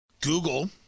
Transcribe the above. Google